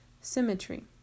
symmetry